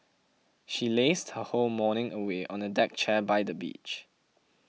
she lazed her whole morning away on a deck chair by the beach